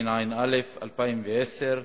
התשע"א 2010,